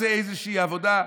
בוא נעשה איזושהי עבודה.